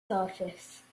surface